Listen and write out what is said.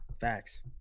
Facts